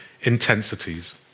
intensities